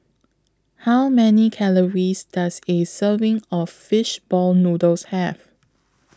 How Many Calories Does A Serving of Fish Ball Noodles Have